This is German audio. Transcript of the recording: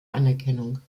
anerkennung